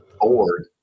board